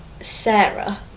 Sarah